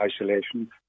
isolation